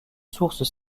sources